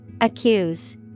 Accuse